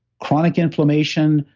chronic inflammation,